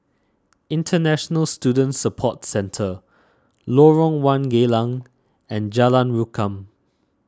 International Student Support Centre Lorong one Geylang and Jalan Rukam